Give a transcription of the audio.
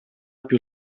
più